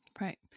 Right